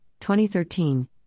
2013